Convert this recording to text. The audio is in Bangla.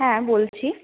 হ্যাঁ বলছি